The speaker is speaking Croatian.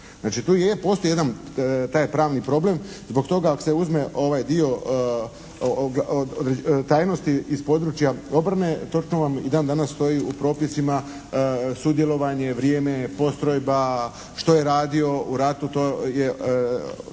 Znači, tu je, postoji jedan taj pravni problem zbog toga ako se uzme ovaj dio tajnosti iz područja obrane točno vam i dan danas stoji u propisima sudjelovanje, vrijeme, postrojba, što je radio u ratu. To je